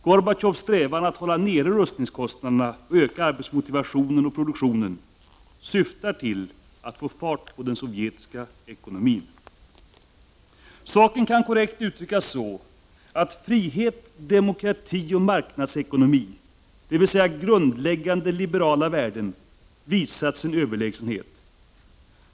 Gorbatjovs strävan att hålla nere rustningskostnaderna, öka arbetsmotivationen och produktionen syftar till att få fart på den sovjetiska ekonomin. Saken kan korrekt uttryckas så, att frihet, demokrati och marknadsekonomi — dvs. grundläggande liberala värden — visat sin överlägsenhet.